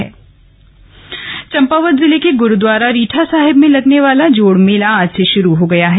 जोड़ मेला चंपावत चम्पावत जिले के ग्रुद्वारा रीठा साहिब में लगने वाला जोड़ मेला आज से शुरू हो गया है